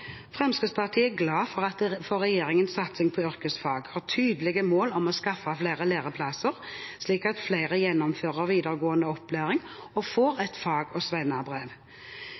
Fremskrittspartiet er glad for regjeringens satsing på yrkesfag og tydelige mål om å skaffe flere læreplasser slik at flere gjennomfører videregående opplæring og får et fag- og